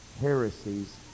heresies